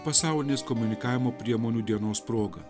pasaulinės komunikavimo priemonių dienos proga